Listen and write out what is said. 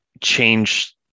change